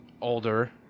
older